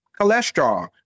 cholesterol